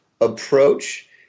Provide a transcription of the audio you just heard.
approach